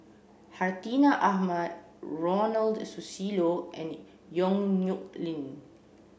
Hartinah Ahmad Ronald Susilo and Yong Nyuk Lin